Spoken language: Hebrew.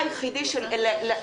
הוא מגיע לסביבת העבודה שלו.